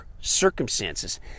circumstances